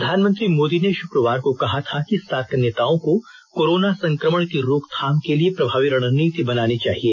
प्रधानमंत्री मोदी ने शुक्रवार को कहा था कि सार्क नेताओं को कोरोना संक्रमण की रोकथाम के लिए प्रभावी रणनीति बनानी चाहिए